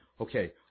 Okay